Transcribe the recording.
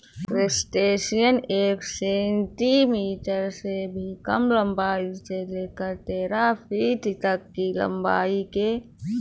crustacean एक centimetre से भी कम लंबाई से लेकर तेरह फीट तक की लंबाई के होते हैं